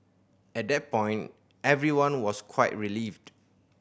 at that point everyone was quite relieved